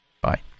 Bye